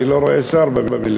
אני לא רואה שר במליאה.